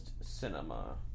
cinema